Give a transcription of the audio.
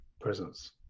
presence